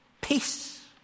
peace